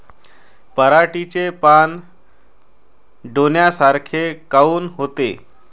पराटीचे पानं डोन्यासारखे काऊन होते?